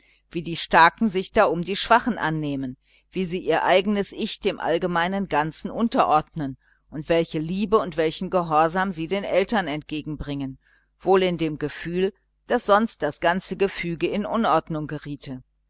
wie die starken sich da um die schwachen annehmen wie sie ihr eigenes ich dem allgemeinen ganzen unterordnen und welche liebe und widerspruchslosen gehorsam sie den eltern als dem staatsoberhaupt entgegenbringen wohl in dem gefühl daß sonst das ganze system in unordnung geriete